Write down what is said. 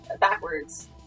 backwards